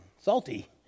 salty